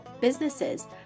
businesses